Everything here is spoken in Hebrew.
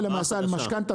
הנה, הקלתי עליך.